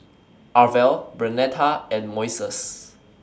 Arvel Bernetta and Moises